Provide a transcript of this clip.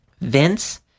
Vince